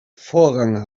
vorrang